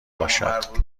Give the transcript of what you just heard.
باشد